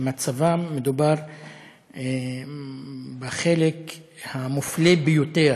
ומדובר בחלק המופלה ביותר